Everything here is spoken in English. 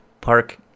Park